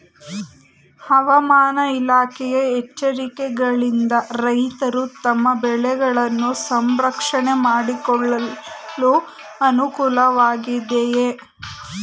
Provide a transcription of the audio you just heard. ಹವಾಮಾನ ಇಲಾಖೆಯ ಎಚ್ಚರಿಕೆಗಳಿಂದ ರೈತರು ತಮ್ಮ ಬೆಳೆಗಳನ್ನು ಸಂರಕ್ಷಣೆ ಮಾಡಿಕೊಳ್ಳಲು ಅನುಕೂಲ ವಾಗಿದೆಯೇ?